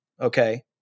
Okay